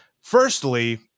Firstly